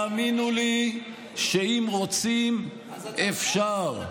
והאמינו לי שאם רוצים, אפשר.